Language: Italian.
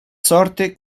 sorte